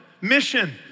Mission